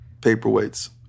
paperweights